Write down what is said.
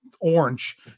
orange